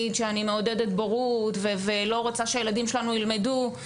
שאני מעודדת בורות ולא רוצה שהילדים שלנו ילמדו,